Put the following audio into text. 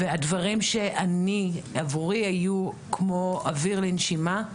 והדברים שעבורי היו כמו אוויר לנשימה,